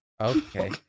Okay